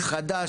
חדש,